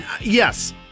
Yes